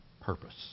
purpose